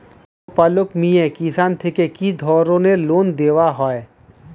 গোপালক মিয়ে কিষান থেকে কি ধরনের লোন দেওয়া হয়?